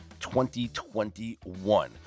2021